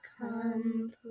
come